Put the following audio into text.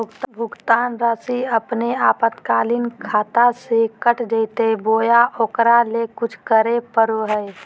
भुक्तान रासि अपने आपातकालीन खाता से कट जैतैय बोया ओकरा ले कुछ करे परो है?